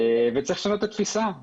צריך לשנות את התפיסה.